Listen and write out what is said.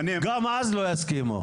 גם אז לא יסכימו.